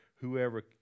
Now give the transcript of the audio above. Whoever